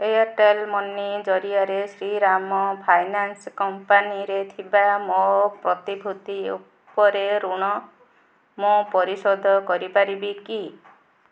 Airtel money ଜରିଆରେ Shriram finance କମ୍ପାନୀରେ ଥିବା ମୋ ପ୍ରତିଭୂତି ଉପରେ ଋଣ ମୁଁ ପରିଶୋଧ କରିପାରିବି କି